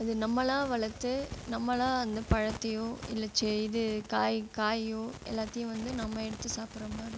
அது நம்மளா வளர்த்து நம்மளா அந்த பழத்தையோ இல்லை செய் இது காய் காயோ எல்லாத்தையும் வந்து நம்ம எடுத்து சாப்பிட்ற மாதிரி இருக்கும்